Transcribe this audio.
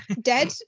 dead